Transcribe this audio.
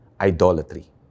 idolatry